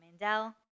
Mandel